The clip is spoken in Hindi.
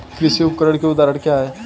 कृषि उपकरण के उदाहरण क्या हैं?